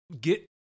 get